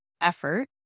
effort